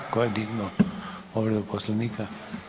Tko je dignuo povredu Poslovnika?